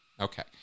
Okay